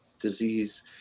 disease